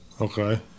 Okay